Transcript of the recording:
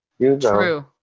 True